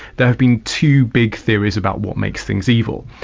there have been two big theories about what makes things evil.